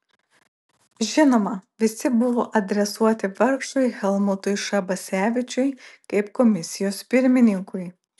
žinoma visi buvo adresuoti vargšui helmutui šabasevičiui kaip komisijos pirmininkui